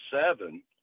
seven